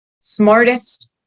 smartest